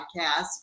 podcast